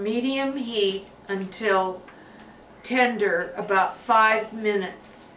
medium heat until tender about five minutes